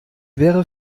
wäre